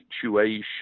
situation